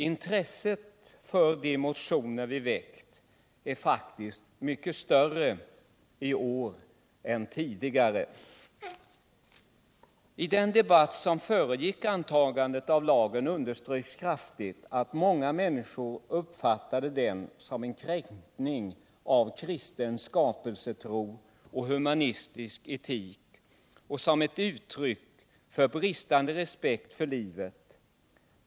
Intresset för de motioner vi väckt är faktiskt mycket större i år än tidigare. I den debatt som föregick antagandet av lagen underströks kraftigt att många människor uppfattade den som en kränkning av kristen skapelsetro och humanistisk etik och som ett uttryck för bristande respekt för livet.